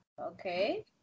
okay